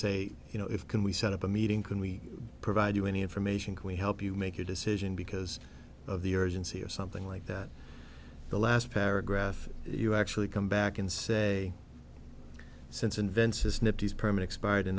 say you know if can we set up a meeting can we provide you any information can we help you make a decision because of the urgency of something like that the last paragraph you actually come back and say since invensys nip these permit expired in